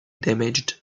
damaged